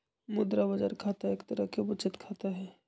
मुद्रा बाजार खाता एक तरह के बचत खाता हई